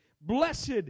Blessed